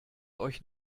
euch